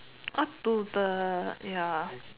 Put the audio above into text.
all to the ya